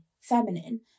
feminine